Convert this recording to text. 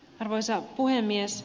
arvoisa puhemies